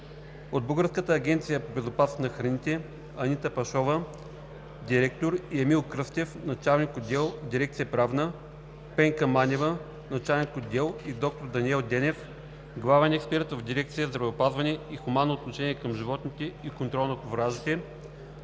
от Българската агенция по безопасност на храните: Анита Пашова – директор, Емил Кръстев – началник на отдел в дирекция „Правна“, Пенка Манева – началник на отдел, доктор Даниел Денев – главен експерт в дирекция „Здравеопазване и хуманно отношение към животните и контрол на фуражите“,